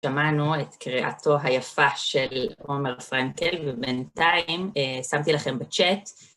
שמענו את קריאתו היפה של עומר פרנקל, ובינתיים שמתי לכם בצ'אט.